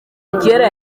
kera